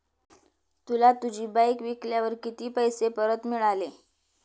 तुला तुझी बाईक विकल्यावर किती पैसे परत मिळाले?